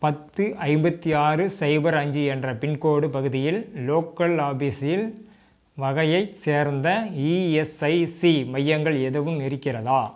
பத்து ஐம்பத்து ஆறு சைபர் அஞ்சு என்ற பின்கோடு பகுதியில் லோக்கல் ஆஃபீஸ்ஸில் வகையைச் சேர்ந்த இஎஸ்ஐசி மையங்கள் எதுவும் இருக்கிறதா